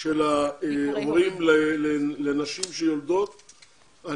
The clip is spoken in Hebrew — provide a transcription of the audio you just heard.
של ההורים לנשים שיולדות,